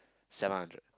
seven hundred